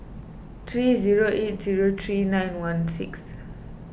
three zero eight zero three nine one six